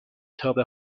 تابه